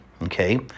Okay